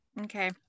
Okay